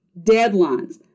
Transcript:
deadlines